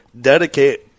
dedicate